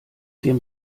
dem